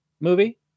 movie